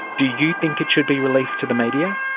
do you think it should be released to the media?